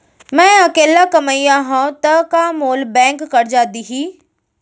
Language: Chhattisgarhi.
मैं अकेल्ला कमईया हव त का मोल बैंक करजा दिही?